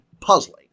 puzzling